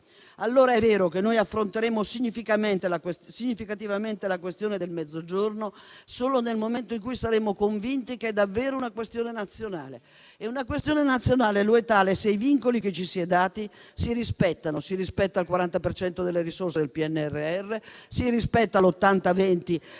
Allora è vero che noi affronteremo significativamente la questione del Mezzogiorno solo nel momento in cui saremo convinti che è davvero una questione nazionale. Una questione nazionale è tale se i vincoli che ci si è dati si rispettano: si rispetta il 40 per cento delle risorse del PNRR; si rispetta l'80-20